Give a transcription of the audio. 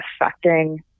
affecting